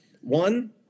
one